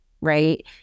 right